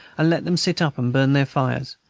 let them sit up and burn their fires,